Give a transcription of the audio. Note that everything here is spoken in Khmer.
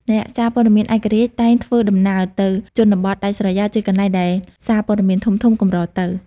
អ្នកសារព័ត៌មានឯករាជ្យតែងធ្វើដំណើរទៅជនបទដាច់ស្រយាលជាកន្លែងដែលសារព័ត៌មានធំៗកម្រទៅ។